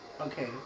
Okay